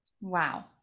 wow